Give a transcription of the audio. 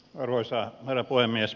arvoisa herra puhemies